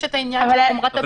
יש את העניין של חומרת הבעיה.